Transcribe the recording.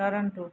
Toronto